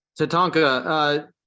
Tatanka